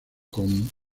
con